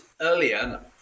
earlier